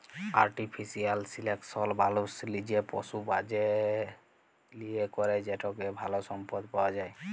artificial selection মালুস লিজে পশু বাছে লিয়ে ক্যরে যেটতে ভাল সম্পদ পাউয়া যায়